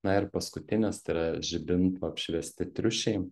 na ir paskutinis tai yra žibintų apšviesti triušiai